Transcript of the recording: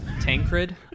Tancred